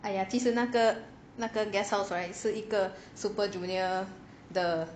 !aiya! 其实那个那个 guesthouse right 是一个 super junior the